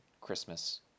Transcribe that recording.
Christmas